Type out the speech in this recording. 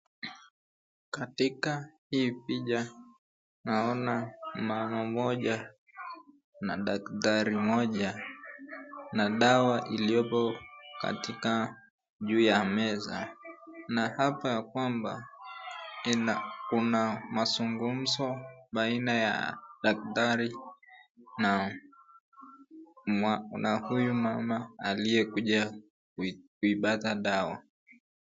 Katika hii picha naona mama mmoja na daktari mmoja na dawa iliopo katika juu ya meza. Naapa ya kwamba kuna mazungumzo baina ya daktari na huyu mama aliyekuja kuipata dawa.